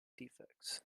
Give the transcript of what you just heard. defects